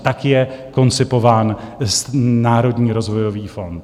Tak je koncipován Národní rozvojový fond.